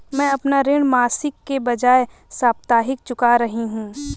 मैं अपना ऋण मासिक के बजाय साप्ताहिक चुका रही हूँ